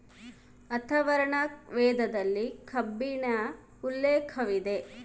ಅಥರ್ವರ್ಣ ವೇದದಲ್ಲಿ ಕಬ್ಬಿಣ ಉಲ್ಲೇಖವಿದೆ